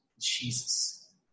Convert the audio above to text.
Jesus